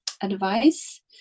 advice